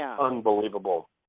unbelievable